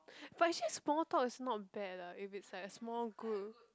but actually small talk is not bad lah if it's like a small group